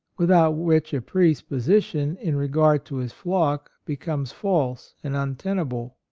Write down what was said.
without which a priest's position in re gard to his flock becomes false and untenable.